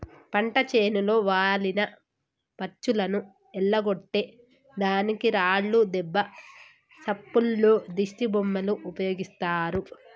పంట చేనులో వాలిన పచ్చులను ఎల్లగొట్టే దానికి రాళ్లు దెబ్బ సప్పుల్లో దిష్టిబొమ్మలు ఉపయోగిస్తారు